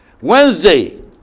Wednesday